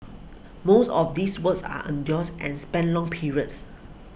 most of these works are arduous and span long periods